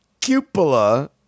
cupola